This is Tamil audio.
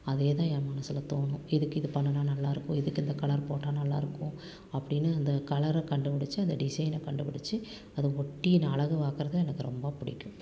அதேதான் என் மனதுல தோணும் இதுக்கு இது பண்ணுனால் நல்லாயிருக்கும் இதுக்கு இந்த கலர் போட்டால் நல்லாயிருக்கும் அப்படின்னு அந்த கலரை கண்டுபிடிச்சு அந்த டிஸைனை கண்டுபிடிச்சு அது ஒட்டி நான் அழகு பார்க்குறது எனக்கு ரொம்ப பிடிக்கும்